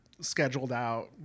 scheduled-out